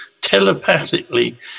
telepathically